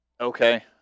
Okay